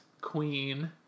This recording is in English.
queen